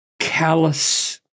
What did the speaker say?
callous